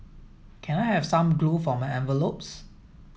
can I have some glue for my envelopes